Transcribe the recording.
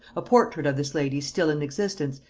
a portrait of this lady still in existence,